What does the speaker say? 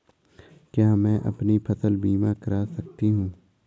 क्या मैं अपनी फसल बीमा करा सकती हूँ?